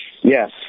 Yes